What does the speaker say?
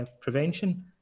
prevention